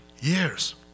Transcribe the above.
years